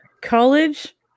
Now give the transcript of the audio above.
college